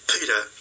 Peter